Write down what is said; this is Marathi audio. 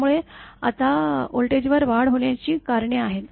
त्यामुळे आता व्होल्टेजवर वाढ होण्याची कारणे आहेत